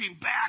back